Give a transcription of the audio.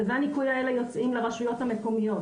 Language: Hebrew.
צווי הניקוי האלה יוצאים לרשויות המקומיות